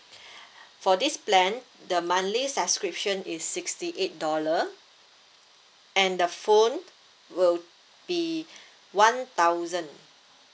for this plan the monthly subscription is sixty eight dollar and the phone will be one thousand